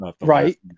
Right